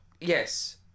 Yes